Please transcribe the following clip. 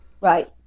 Right